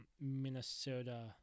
Minnesota